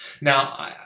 Now